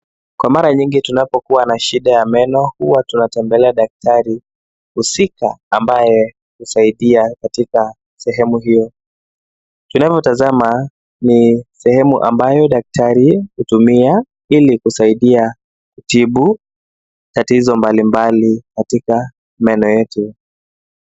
Kwa mara nyingi tunavyokua na shida ya meno huwa tunatembelea daktari husika, ambaye husaidia katika sehemu hio. Tunavyotazama ni sehemu ambayo daktari hutumia ili kusaidia kutibu tatizo mbali mbali katika meno yetu.